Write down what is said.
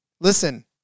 listen